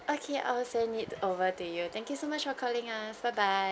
okay I'll send it over to you thank you so much for calling us bye bye